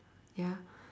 ya